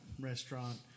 restaurant